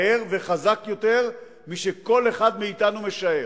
מהר וחזק יותר משכל אחד מאתנו משער.